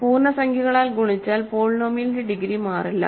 പൂർണ്ണസംഖ്യകളാൽ ഗുണിച്ചാൽ പോളിനോമിയലിന്റെ ഡിഗ്രി മാറില്ല